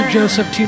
Joseph